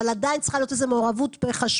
אבל עדיין צריכה להיות איזושהי מעורבות בחשמל.